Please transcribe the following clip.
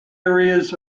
areas